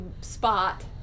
spot